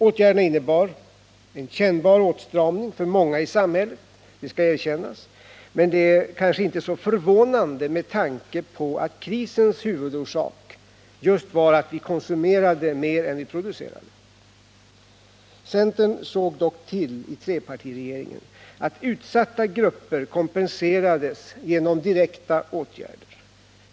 Åtgärderna innebar en kännbar åtstramning för många i samhället — det skall erkännas — men det kanske inte är så förvånande med tanke på att krisens huvudorsak just var att vi konsumerade mer än vi producerade. Centern såg dock till i trepartiregeringen att utsatta grupper kompenserades genom direkta åtgärder.